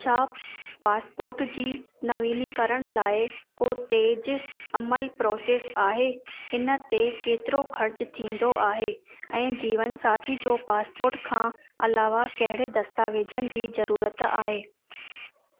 छा पासपोर्ट जी नवीनीकरण लाइ को तेज अमल प्रोसेस आहे इन ते केतिरो ख़र्चु थींदो आहे ऐं जीवनसाथी जो पासपोर्ट खां अलावा कहिॾे दस्तावेजनि जी ज़रूरत आहे